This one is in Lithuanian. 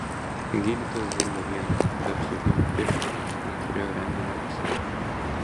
gydytojas dirbo vienas be apsauginių pirštinių neturėjo rentgeno pas save